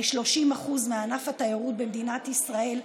ל-30% מענף התיירות במדינת ישראל,